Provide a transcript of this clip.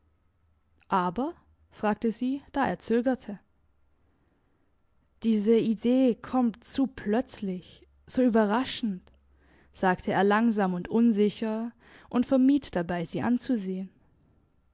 aber fragte sie da er zögerte diese idee kommt zu plötzlich so überraschend sagte er langsam und unsicher und vermied dabei sie anzusehen